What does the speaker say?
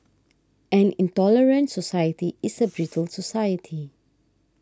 an intolerant society is a brittle society